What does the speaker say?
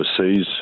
overseas